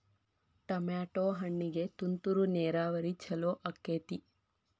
Tomato ಹಣ್ಣಿಗೆ ತುಂತುರು ನೇರಾವರಿ ಛಲೋ ಆಕ್ಕೆತಿ?